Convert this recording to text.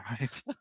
Right